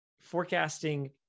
forecasting